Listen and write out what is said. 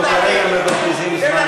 אנחנו כרגע מבזבזים זמן,